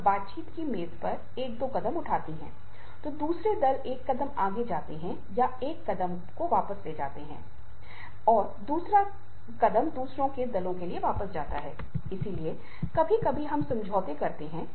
और जब परिवार के मुद्दे मौन या एचआर और वरिष्ठ प्रबंधकों के लिए प्रमुख होते हैं तो वे कार्य संतुलन की तलाश में रहते हैं